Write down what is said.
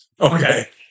Okay